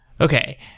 Okay